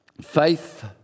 faith